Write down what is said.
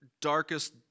darkest